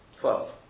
twelve